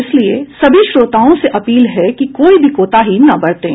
इसलिए सभी श्रोताओं से अपील है कि कोई भी कोताही न बरतें